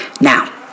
Now